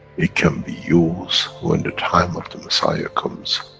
it can be used when the time of the messiah comes,